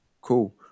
Cool